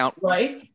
Right